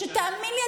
שתאמין לי,